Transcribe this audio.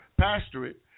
pastorate